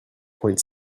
point